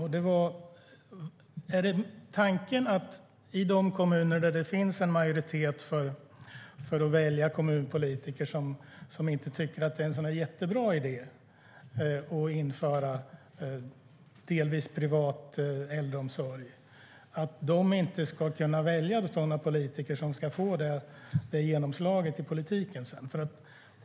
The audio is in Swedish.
Är tanken att man, i de kommuner där det finns en majoritet för att välja kommunpolitiker som inte tycker att det är en jättebra idé att införa delvis privat äldreomsorg, inte ska kunna välja sådana politiker som får det genomslaget i politiken?